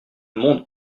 monde